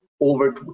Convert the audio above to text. over